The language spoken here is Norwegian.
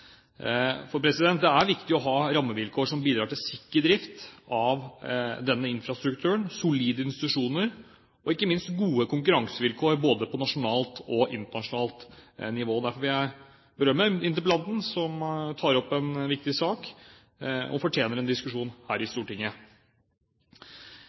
For det er viktig å ha rammevilkår som bidrar til sikker drift av denne infrastrukturen, solide institusjoner og ikke minst gode konkurransevilkår både på nasjonalt og internasjonalt nivå. Derfor vil jeg berømme interpellanten, som tar opp en viktig sak som fortjener en diskusjon her i